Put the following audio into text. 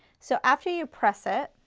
so after you press it,